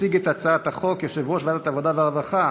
יציג את הצעת החוק יושב-ראש ועדת העבודה והרווחה